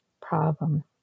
problem